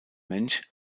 mensch